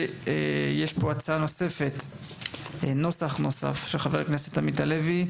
יש פה נוסח נוסף של חבר הכנסת עמית הלוי,